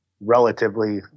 relatively